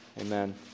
Amen